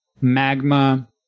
Magma